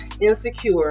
Insecure